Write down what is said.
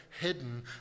hidden